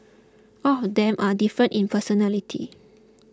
all of them are different in personality